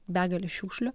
begale šiukšlių